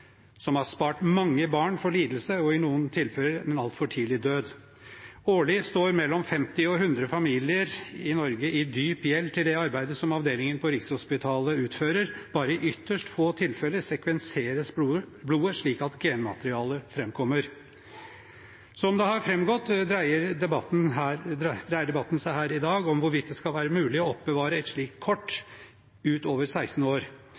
som har spart mange barn for lidelse og i noen tilfeller en altfor tidlig død. Årlig står mellom 50 og 100 familier i Norge i dyp gjeld til det arbeidet som avdelingen på Rikshospitalet utfører. Bare i ytterst få tilfeller sekvenseres blodet slik at genmaterialet framkommer. Som det har framgått, dreier debatten seg her i dag om hvorvidt det skal være mulig å oppbevare et slikt kort ut over 16 år.